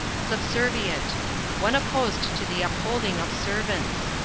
subservient one opposed to the upholding of servants.